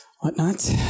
whatnot